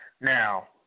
Now